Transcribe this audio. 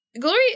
Glory